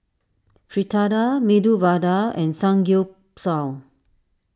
Fritada Medu Vada and Samgyeopsal